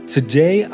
Today